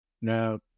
Now